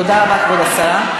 תודה רבה, כבוד השרה.